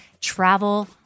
travel